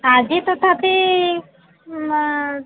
ଆଜି ତଥାପି ନା